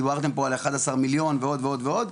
דיברתם פה על 11 מיליון ועוד ועוד ועוד,